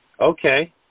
Okay